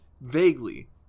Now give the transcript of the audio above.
vaguely